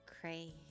Cray